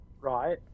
right